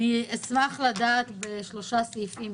אני אשמח לדעת בשלושה סעיפים.